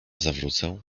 zawrócę